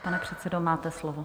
Pane předsedo, máte slovo.